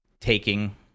taking